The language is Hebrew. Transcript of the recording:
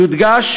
יודגש